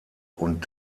und